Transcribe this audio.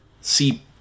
see